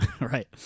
Right